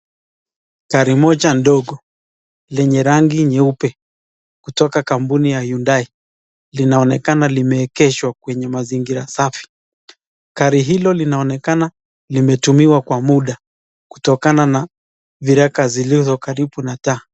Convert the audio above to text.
Gari moja ndogo, lenye rangi nyeupe kutoka kampuni ya [hyundai]. Linaonekana limeegeshwa kenye mazingira safi. Gari hilo linaonekana limetumiwa kwa muda kutokana na viraka zilizo karibu na taa.